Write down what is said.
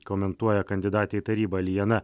komentuoja kandidatė į tarybą lijana